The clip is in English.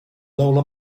lola